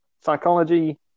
Psychology